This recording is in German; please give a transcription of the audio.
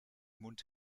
mund